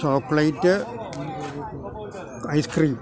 chocolate icecream